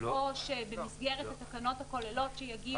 או שבמסגרת התקנות הכוללות שיגיעו לעניין הפיקוח וההשגחה,